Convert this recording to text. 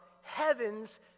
heaven's